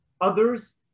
Others